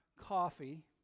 coffee